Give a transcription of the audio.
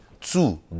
Two